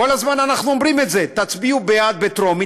כל הזמן אנחנו אומרים את זה: תצביעו בעד בטרומית,